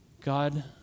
God